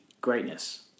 greatness